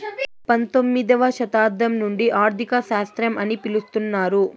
పంతొమ్మిదవ శతాబ్దం నుండి ఆర్థిక శాస్త్రం అని పిలుత్తున్నారు